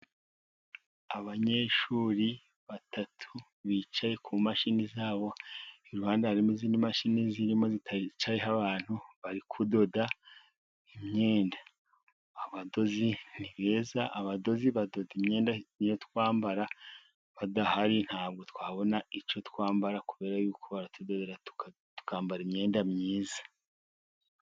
Abanyeshuri batatu bicaye ku mashini zabo, iruhande harimo izindi mashini zirimo ziticayeho abantu. Bari kudoda imyenda. Abadozi ni beza, abadozi badoda imyenda yo twambara, badahari nta bwo twabona icyo twambara kubera yuko baratudodera tukambara imyenda myiza.